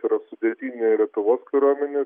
tai yra sudėtinė lietuvos kariuomenės